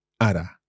Ara